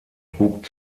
trug